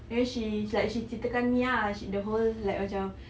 then she like she ceritakan me ah sh~ the whole like the macam